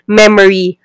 memory